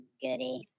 goody